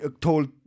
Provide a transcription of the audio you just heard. told